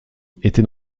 étaient